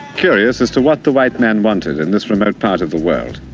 curious as to what the white man wanted in this remote part of the world.